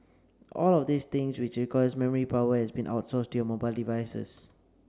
all of these things which requires memory power has been outsourced to your mobile devices